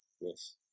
yes